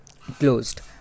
closed